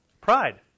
Pride